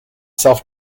self